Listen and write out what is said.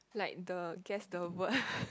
like the guess the word